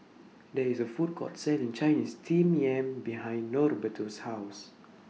There IS A Food Court Selling Chinese Steamed Yam behind Norberto's House